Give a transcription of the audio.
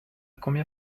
combien